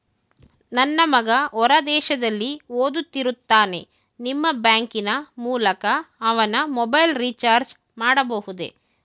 ನನ್ನ ಮಗ ಹೊರ ದೇಶದಲ್ಲಿ ಓದುತ್ತಿರುತ್ತಾನೆ ನಿಮ್ಮ ಬ್ಯಾಂಕಿನ ಮೂಲಕ ಅವನ ಮೊಬೈಲ್ ರಿಚಾರ್ಜ್ ಮಾಡಬಹುದೇ?